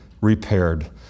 repaired